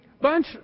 bunch